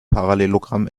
parallelogramm